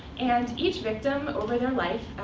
and each victim, over their life,